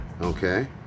Okay